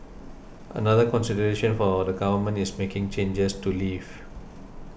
another consideration for the Government is making changes to leave